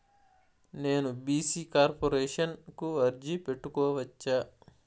నేను BC corporation కు అర్జీ పెట్టుకోవచ్చా?